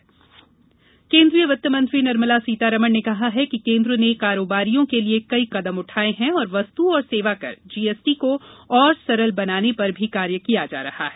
वित्तमंत्री केंद्रीय वित्तमंत्री निर्मला सीतारमण ने कहा है कि केंद्र ने कारोबारियों के लिए कई कदम उठाये हैं और वस्तु और सेवाकर जीएसटी को और सरल बनाने पर भी कार्य किया जा रहा है